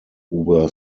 were